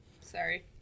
Sorry